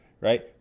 right